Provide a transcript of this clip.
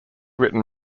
written